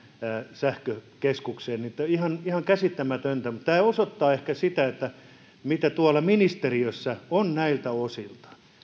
sähkökeskukseen ihan ihan käsittämätöntä mutta tämä osoittaa ehkä sitä mitä tuolla ministeriössä on näiltä osilta